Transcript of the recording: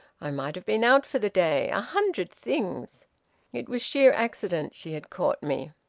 i might have been out for the day a hundred things it was sheer accident she had caught me.